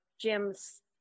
Jim's